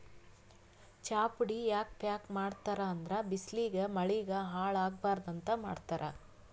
ಚಾಪುಡಿ ಯಾಕ್ ಪ್ಯಾಕ್ ಮಾಡ್ತರ್ ಅಂದ್ರ ಬಿಸ್ಲಿಗ್ ಮಳಿಗ್ ಹಾಳ್ ಆಗಬಾರ್ದ್ ಅಂತ್ ಮಾಡ್ತಾರ್